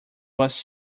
was